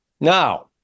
Now